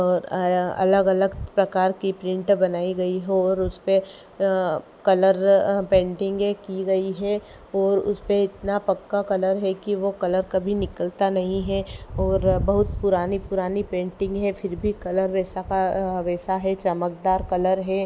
और आया अलग अलग प्रकार की प्रिन्ट बनाई गई हो और उसपे कलर पेंटिंगें की गई है और उसपे इतना पक्का कलर है कि वो कलर कभी निकलता नहीं है और बहुत पुरानी पुरानी पेंटिंग है फिर भी कलर वैसा का वैसा है चमकदार कलर है